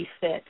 fit